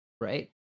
Right